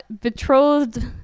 betrothed